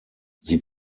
sie